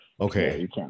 Okay